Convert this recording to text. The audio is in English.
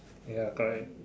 ya correct